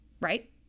right